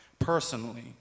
personally